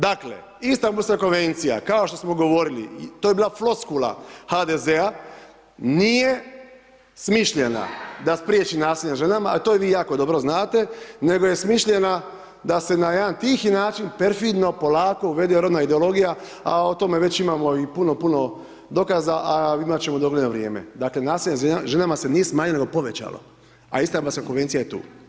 Dakle Istanbulska konvencija, kao što smo govorili, to je bila floskula HDZ-a, nije smišljena da spriječi nasilje nad ženama a to vi i ja jako dobro znate, nego je smišljena da se na jedan tihi način, perfidno, polako uvede rodna ideologija a o tome već imamo i puno, puno dokaza a imat ćemo i u dogledno vrijeme, dakle nasilje nad ženama se nije smanjilo nego povećalo a Istanbulska konvencija je tu.